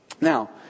Now